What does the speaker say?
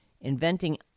Inventing